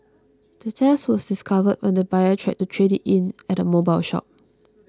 the theft was discovered when the buyer tried to trade it in at a mobile shop